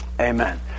amen